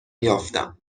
یافتم